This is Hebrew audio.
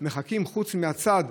חוץ מהצד,